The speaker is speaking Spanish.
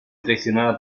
traicionada